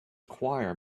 choir